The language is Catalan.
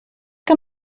que